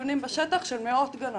נתונים בשטח של מאות גננות.